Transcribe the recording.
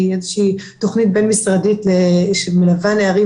היא תכנית בין משרדית שמלווה נערים